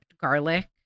garlic